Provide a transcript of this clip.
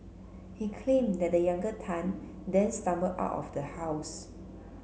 he claimed that the younger Tan then stumbled out of the house